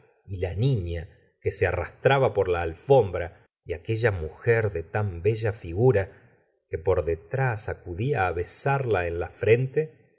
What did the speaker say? y la niña que se arrastraba por la alfombra y aquella mujer de tan oella figura que por detrás acudía á besarla en la frente